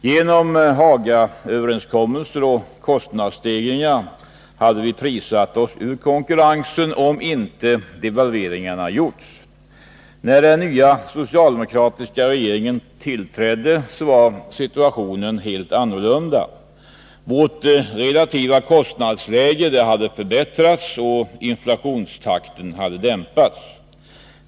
Genom Hagaöverenskommelser och kostnadsstegringar hade vi prissatt oss ur konkurrensen om inte devalveringarna gjorts. När den nya socialdemokratiska regeringen tillträdde var situationen helt annorlunda. Vårt relativa kostnadsläge hade förbättrats och inflationstakten hade dämpats.